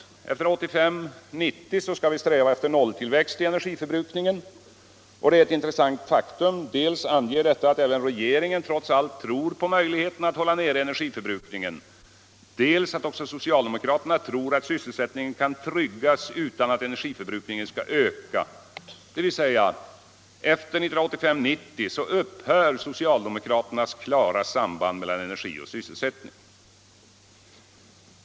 Efter 1985-1990 skall vi sträva efter nolltillväxt i energiförbrukningen, och det är ett intressant faktum. Det anger dels att även regeringen trots allt tror på möjligheterna att hålla nere energiförbrukningen, dels att också socialdemokraterna tror att sysselsättningen kan tryggas utan att energiförbrukningen ökar — dvs. efter 1985-1990 upphör socialdemokraternas klara samband mellan energi och sysselsättning.